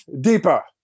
deeper